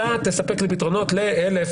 אתה תספק לי פתרונות ל-1,000,